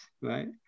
right